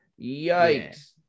Yikes